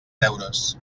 deures